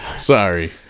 Sorry